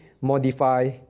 Modify